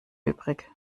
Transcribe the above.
übrig